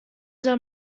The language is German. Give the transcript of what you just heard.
soll